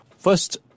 First